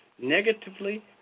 negatively